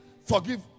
forgive